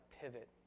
pivot